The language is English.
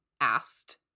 asked